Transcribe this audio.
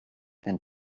and